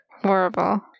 Horrible